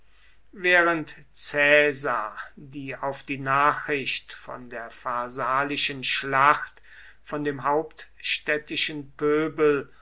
während caesar die auf die nachricht von der pharsalischen schlacht von dem hauptstädtischen pöbel